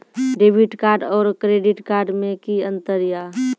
Debit card और credit card मे कि अंतर या?